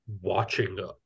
watching